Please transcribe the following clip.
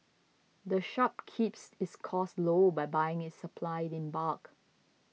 the shop keeps its costs low by buying its supplies in bulk